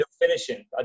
finishing